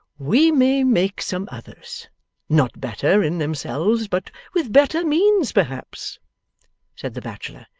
we may make some others not better in themselves, but with better means perhaps said the bachelor.